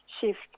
shift